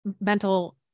mental